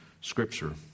Scripture